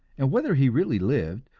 and whether he really lived,